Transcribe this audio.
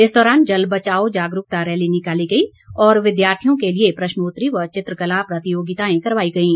इस दौरान जल बचाओ जागरूकता रैली निकाली गई और विद्यार्थियों के लिए प्रश्नोत्तरी व चित्रकला प्रतियोगिताएं करवाई गईं